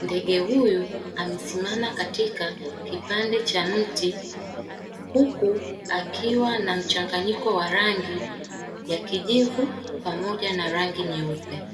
Ndege huyu amesimama katika kipande cha mti huku akiwa na mchanganyiko wa rangi ya kijivu pamoja na rangi nyeupe.